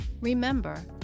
Remember